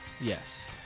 Yes